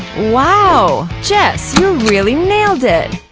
wow, jess, you really nailed it!